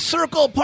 Circle